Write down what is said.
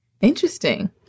Interesting